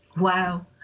Wow